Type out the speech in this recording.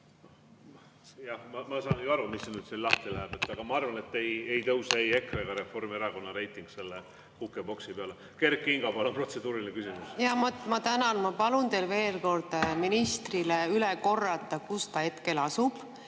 ma saan ju aru, mis siin nüüd lahti läheb, aga ma arvan, et ei tõuse ei EKRE ega Reformierakonna reiting selle kukepoksi peale. Kert Kingo, palun, protseduuriline küsimus! Ma tänan. Ma palun teil veel kord ministrile üle korrata, kus ta hetkel asub